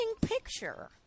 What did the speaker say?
picture